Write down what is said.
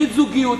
ברית זוגיות,